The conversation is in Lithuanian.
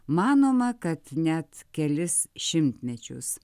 manoma kad net kelis šimtmečius